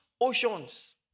oceans